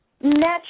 natural